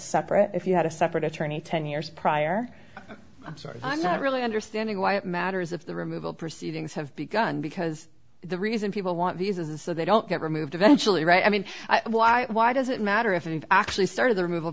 separate if you had a separate attorney ten years prior i'm sorry i'm not really understanding why it matters if the removal proceedings have begun because the reason people want these is so they don't get removed eventually right i mean why why does it matter if it actually started the remov